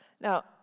Now